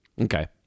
Okay